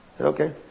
Okay